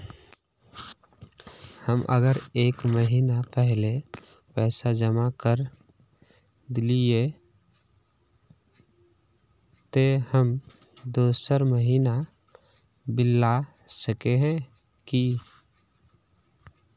हम अगर एक महीना पहले पैसा जमा कर देलिये ते हम दोसर महीना बिल ला सके है की?